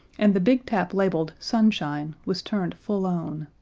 and the big tap labeled sunshine was turned full on.